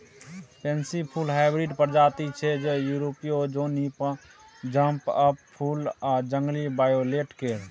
pansy full hybrid प्रजाति छै जे युरोपीय जौनी जंप अप फुल आ जंगली वायोलेट केर